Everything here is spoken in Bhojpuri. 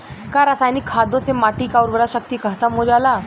का रसायनिक खादों से माटी क उर्वरा शक्ति खतम हो जाला?